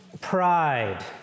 Pride